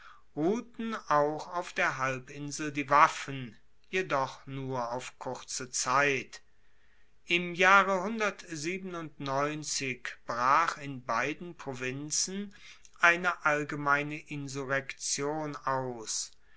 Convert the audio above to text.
ruhten auch auf der halbinsel die waffen jedoch nur auf kurze zeit im jahre brach in beiden provinzen eine allgemeine insurrektion aus